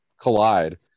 collide